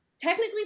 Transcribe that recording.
technically